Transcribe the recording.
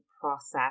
process